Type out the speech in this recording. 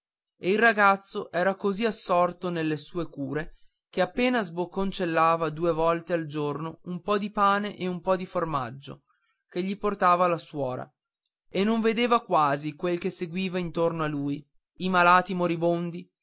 e il ragazzo era così tutto assorto nelle sue cure che appena sbocconcellava due volte al giorno un po di pane e un po di formaggio che gli portava la suora e non vedeva quasi quel che seguiva intorno a lui i malati moribondi